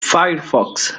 firefox